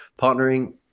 partnering